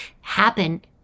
happen